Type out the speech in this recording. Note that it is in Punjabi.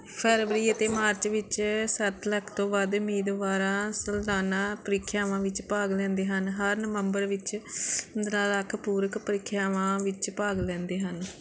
ਫਰਵਰੀ ਅਤੇ ਮਾਰਚ ਵਿੱਚ ਸੱਤ ਲੱਖ ਤੋਂ ਵੱਧ ਉਮੀਦਵਾਰ ਸਲਾਨਾ ਪ੍ਰੀਖਿਆਵਾਂ ਵਿੱਚ ਭਾਗ ਲੈਂਦੇ ਹਨ ਹਰ ਨਵੰਬਰ ਵਿੱਚ ਪੰਦਰਾਂ ਲੱਖ ਪੂਰਕ ਪ੍ਰੀਖਿਆਵਾਂ ਵਿੱਚ ਭਾਗ ਲੈਂਦੇ ਹਨ